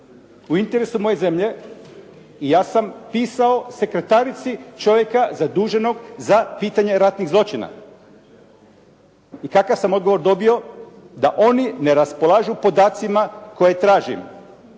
u interesu moje zemlje i ja sam pisao sekretarici čovjeka zaduženog za pitanje ratnih zločina. I kakav sam odgovor dobio? Da oni ne raspolažu podacima koje tražim.